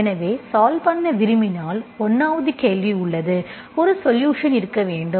எனவே சால்வ் பண்ண விரும்பினால் 1 வது கேள்வி உள்ளது ஒரு சொலுஷன் இருக்க வேண்டும்